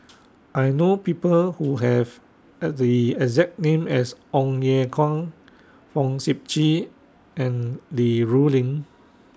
I know People Who Have At The exact name as Ong Ye Kung Fong Sip Chee and Li Rulin